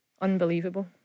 unbelievable